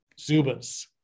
Zubas